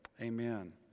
Amen